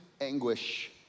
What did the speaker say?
anguish